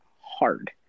hard